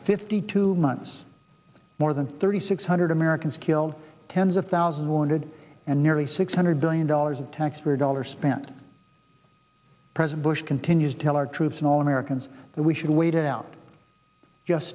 fifty two months more than thirty six hundred americans killed tens of thousands wounded and nearly six hundred billion dollars in taxpayer dollars spent present bush continues to tell our troops and all americans that we should wait it out just